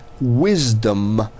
wisdom